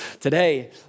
today